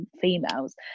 females